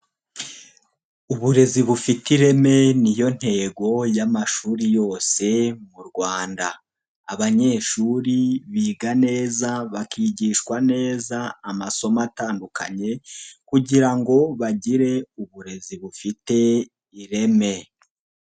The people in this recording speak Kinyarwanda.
Uburezi bufite ireme ni yo ntego y'amashuri yose mu Rwanda, abanyeshuri biga neza bakigishwa neza amasomo atandukanye kugira ngo bagire uburezi bufite ireme.